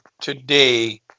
today